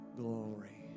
Glory